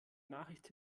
nachricht